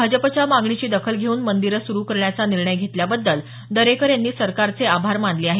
भाजपच्या मागणीची दखल घेऊन मंदिरं सुरू करण्याचा निर्णय घेतल्याबद्दल दरेकर यांनी सरकारचे आभार मानले आहेत